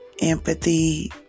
empathy